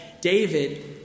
David